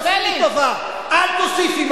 תעשי לי טובה, אל תוסיפי.